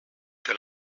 que